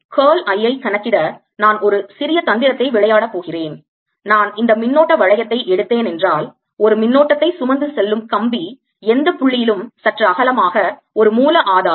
curl I ஐ கணக்கிட நான் ஒரு சிறிய தந்திரத்தை விளையாட போகிறேன் நான் இந்த மின்னோட்ட வளையத்தை எடுத்தேன் என்றால் ஒரு மின்னோட்டத்தை சுமந்து செல்லும் கம்பி எந்த புள்ளியிலும் சற்று அகலமாக ஒரு மூல ஆதாரம்